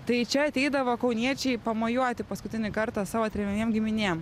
tai čia ateidavo kauniečiai pamojuoti paskutinį kartą savo tremiamiem giminėm